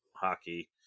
hockey